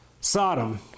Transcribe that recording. Sodom